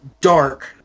dark